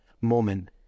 moment